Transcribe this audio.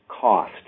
cost